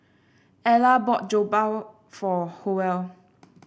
Ella bought Jokbal for Howell